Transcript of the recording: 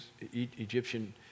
Egyptian